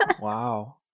wow